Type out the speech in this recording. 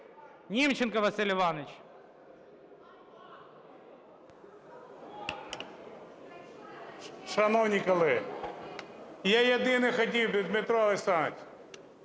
Німченко Василь Іванович.